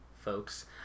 folks